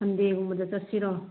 ꯁꯟꯗꯦꯒꯨꯝꯕꯗ ꯆꯠꯁꯤꯔꯣ